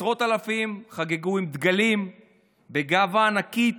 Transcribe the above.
עשרות אלפים חגגו עם דגלים בגאווה ענקית